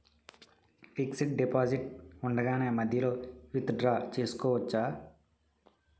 Fixed deposit ఉండగానే మధ్యలో withdraw చేసుకోవచ్చా?